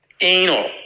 anal